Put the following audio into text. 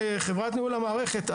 חברת ניהול המערכת,